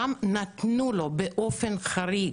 שם נתנו לו באופן חריג.